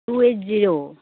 two eight zero